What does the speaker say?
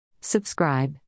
Subscribe